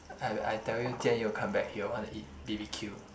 I I tell you Jian-You come back he will want to eat b_b_q